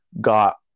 got